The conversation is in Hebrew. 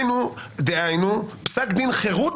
הכנה לקריאה שנייה ושלישית,